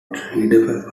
readable